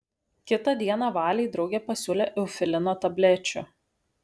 kitą dieną valei draugė pasiūlė eufilino tablečių